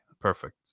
perfect